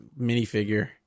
minifigure